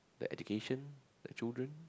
the education like children